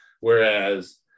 whereas